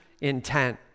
intent